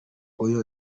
oya